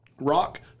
Rock